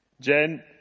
Jen